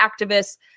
activists